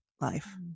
life